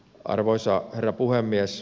arvoisa herra puhemies